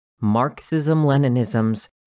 Marxism-Leninism's